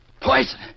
Poison